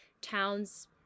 towns